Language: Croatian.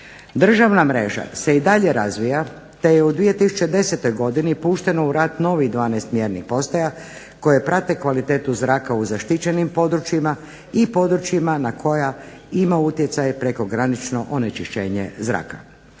Državna mreža se i dalje razvija te je u 2010. godini pušteno u rad novih 12 mjernih postaja koje prate kvalitetu zraka u zaštićenim područjima i područjima na koje ima utjecaj prekogranično onečišćenje zraka.